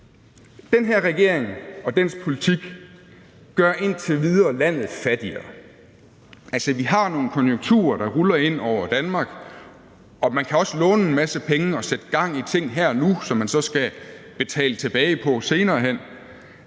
Den her regering og dens politik gør indtil videre landet fattigere. Altså, vi har nogle konjunkturer, der ruller ind over Danmark, og man kan også låne en masse penge og sætte gang i ting her og nu, som man så skal betale tilbage senere hen.